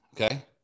okay